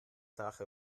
drache